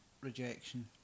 rejection